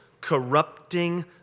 corrupting